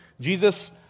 Jesus